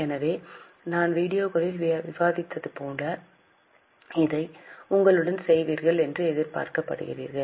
எனவே நாம் வீடியோவில் விவாதிக்கும்போது அதை உங்களுடன் செய்வீர்கள் என்று எதிர்பார்க்கப்படுகிறீர்கள்